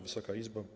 Wysoka Izbo!